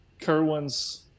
Kerwin's